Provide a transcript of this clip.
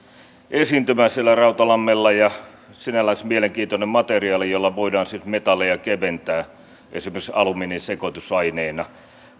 esiintymä siellä rautalammilla sinällänsä se on mielenkiintoinen materiaali jolla voidaan metalleja keventää esimerkiksi alumiinin sekoitusaineena